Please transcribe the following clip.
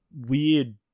weird